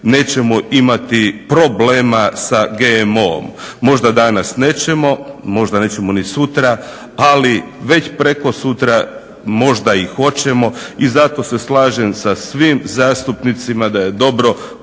nećemo imati problema sa GMO-om. Možda danas nećemo, možda nećemo ni sutra ali već prekosutra možda i hoćemo i zato se slažem sa svim zastupnicima da je dobro,